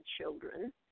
children